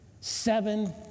Seven